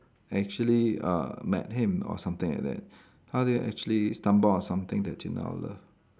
actually uh met him or something like that how do you actually stumble on something that you now love